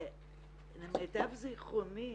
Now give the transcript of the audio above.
ולמיטב זכרוני